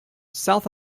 south